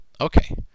okay